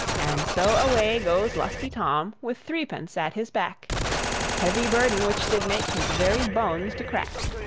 and so away goes lusty tom, with three pence at his back a heavy burthen which did make his very bones to crack.